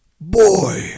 Boy